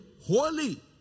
holy